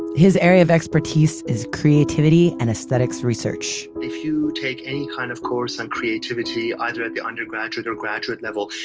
his area of expertise is creativity and aesthetics research if you take any kind of course on creativity, either at the undergraduate or graduate level,